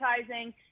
advertising